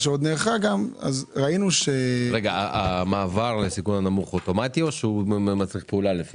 לפי הצעת החוק המעבר לסיכון הנמוך הוא אוטומטי או שהוא מצריך פעולה?